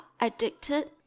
addicted